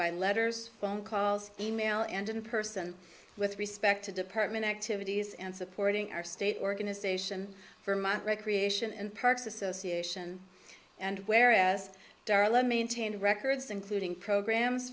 by letters phone calls email and in person with respect to department activities and supporting our state organization for my recreation and parks association and whereas darla maintained records including programs